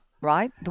Right